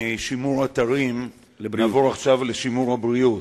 משימור אתרים נעבור עכשיו לשימור הבריאות.